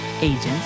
agents